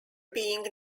being